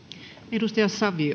arvoisa